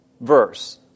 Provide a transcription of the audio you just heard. verse